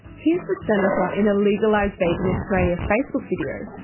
here's the senator in a legalise vaping australia facebook video,